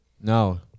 No